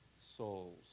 souls